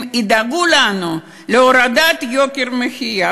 הם ידאגו לנו להורדת יוקר המחיה.